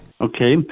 Okay